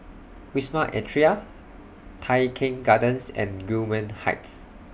Wisma Atria Tai Keng Gardens and Gillman Heights